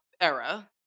era